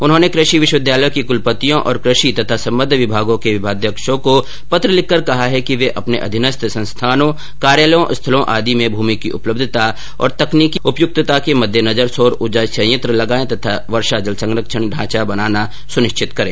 उन्होंने कृषि विश्वविद्यालयों के कुलपतियों और कृषि तथा सम्बद्ध विभागों के विभागाध्यक्षों को पत्र लिखंकर कहा है कि वे अपने अधीनस्थ सरंथाओं कार्यालयों स्थलों इत्यादि में भूमि की उपलब्धता और तकनीकी उपयुक्तता के मध्यनजर सौर ऊर्जा संयत्र तथा वर्षा जल संरक्षण ढांचा बनवाया जाना सुनिश्चित करे